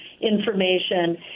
information